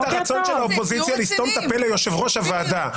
אני מבין את הרצון של האופוזיציה לסתום את הפה של יושב-ראש הוועדה.